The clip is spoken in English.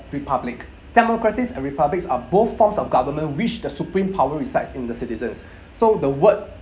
republic democratics and republics are both forms of government which the supreme power resides in the citizens so the word